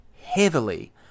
heavily